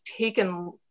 taken